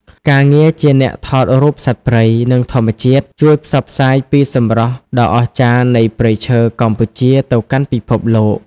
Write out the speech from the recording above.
ការងារជាអ្នកថតរូបសត្វព្រៃ និងធម្មជាតិ ជួយផ្សព្វផ្សាយពីសម្រស់ដ៏អស្ចារ្យនៃព្រៃឈើកម្ពុជាទៅកាន់ពិភពលោក។